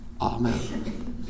Amen